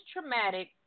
traumatic